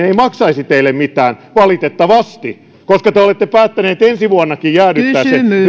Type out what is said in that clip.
ei maksaisi teille mitään valitettavasti koska te olette päättäneet ensi vuonnakin jäädyttää sen